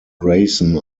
grayson